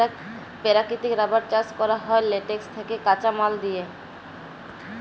পেরাকিতিক রাবার চাষ ক্যরা হ্যয় ল্যাটেক্স থ্যাকে কাঁচা মাল লিয়ে